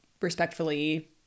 respectfully